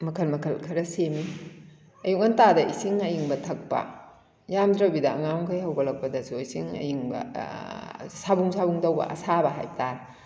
ꯃꯈꯜ ꯃꯈꯜ ꯈꯔꯥ ꯁꯦꯝꯃꯤ ꯑꯌꯨꯛ ꯉꯥꯟꯇꯥꯗ ꯏꯁꯤꯡ ꯑꯌꯤꯡꯕ ꯊꯛꯄ ꯌꯥꯝꯗ꯭ꯔꯕꯗ ꯑꯉꯥꯡꯃꯈꯩ ꯍꯧꯒꯠꯂꯛꯄꯗꯁꯨ ꯏꯁꯤꯡ ꯑꯌꯤꯡꯕ ꯁꯕꯨꯝ ꯁꯕꯨꯝ ꯇꯧꯕ ꯑꯁꯥꯕ ꯍꯥꯏꯕꯇꯥꯔꯦ